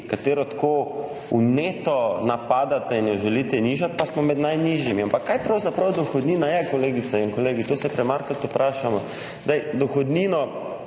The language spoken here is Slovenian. ki jo tako vneto napadate in jo želite nižati, pa smo med najnižjimi. Ampak kaj pravzaprav dohodnina je, kolegice in kolegi? To se premalokrat vprašamo. Dohodnino